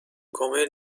کمیل